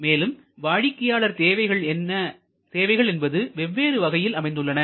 மேலும் வாடிக்கையாளர் தேவைகள் என்பது வெவ்வேறு வகையில் அமைந்துள்ளன